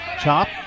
Chop